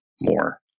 more